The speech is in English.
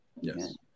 Yes